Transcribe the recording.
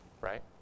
right